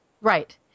Right